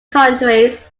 countries